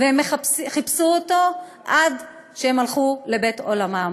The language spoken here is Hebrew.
והם חיפשו אותו עד שהם הלכו לבית עולמם.